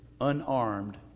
unarmed